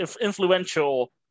influential